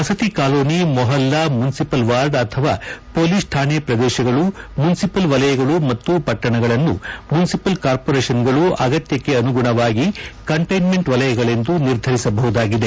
ವಸತಿ ಕಾಲೋನಿ ಮೊಹಲ್ಲಾ municipal ward ಅಥವಾ ಮೊಲೀಸ್ ಠಾಣೆ ಪ್ರದೇಶಗಳು ಮುನ್ಸಿಪಲ್ ವಲಯಗಳು ಮತ್ತು ವಟ್ಟಣಗಳನ್ನು ಮುನ್ಸಿಪಲ್ ಕಾಮೋರೇಷನ್ಗಳು ಆಗತ್ತಕ್ಕೆ ಆನುಗುಣವಾಗಿ ಕಂಟೈನ್ಸೆಂಟ್ ವಲಯಗಳೆಂದು ನಿರ್ಧರಿಸಬಹುದಾಗಿದೆ